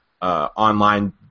Online